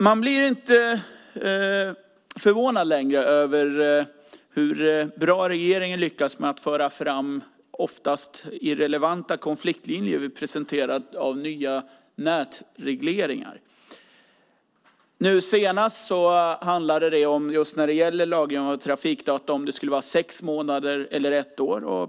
Man blir inte längre förvånad över hur bra regeringen lyckas föra fram oftast irrelevanta konfliktlinjer vid presentation av nya nätregleringar. Nu senast handlade det om, just när det gäller lagring av trafikdata, huruvida det skulle vara sex månader eller ett år.